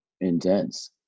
intense